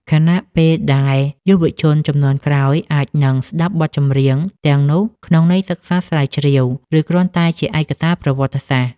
ខណៈពេលដែលយុវជនជំនាន់ក្រោយអាចនឹងស្តាប់បទចម្រៀងទាំងនោះក្នុងន័យសិក្សាស្រាវជ្រាវ ឬគ្រាន់តែជាឯកសារប្រវត្តិសាស្ត្រ។